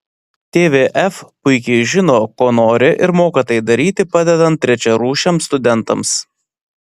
tvf puikiai žino ko nori ir moka tai daryti padedant trečiarūšiams studentams